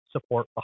support